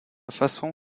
façon